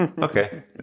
Okay